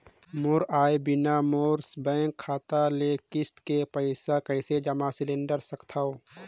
मोर आय बिना मोर बैंक खाता ले किस्त के पईसा कइसे जमा सिलेंडर सकथव?